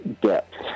depth